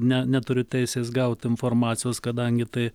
ne neturiu teisės gaut informacijos kadangi tai